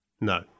No